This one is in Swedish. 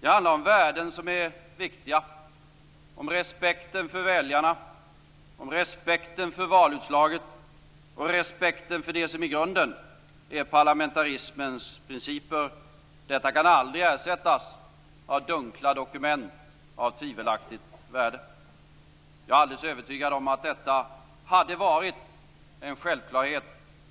Det handlar om värden som är viktiga, om respekten för väljarna, om respekten för valutslaget, om respekten för det som i grunden är parlamentarismens principer. Detta kan aldrig ersättas av dunkla dokument av tvivelaktigt värde. Jag är alldeles övertygad om att detta hade varit en självklarhet